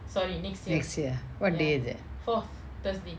next year what day is that